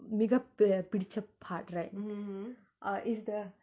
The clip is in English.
மிகப்:mikap ah பிடிச்ச:pidicha part right ah is the